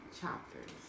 chapters